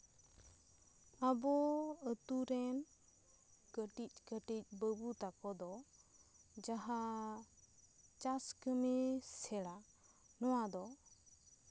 ᱟᱵᱚ ᱟᱛᱳ ᱨᱮᱱ ᱠᱟᱹᱴᱤᱡ ᱠᱟᱹᱴᱤᱡ ᱵᱟᱹᱵᱩ ᱛᱟᱠᱚ ᱫᱚ ᱡᱟᱦᱟᱸ ᱪᱟᱥ ᱠᱟᱹᱢᱤ ᱥᱮᱬᱟ ᱱᱚᱣᱟ ᱫᱚ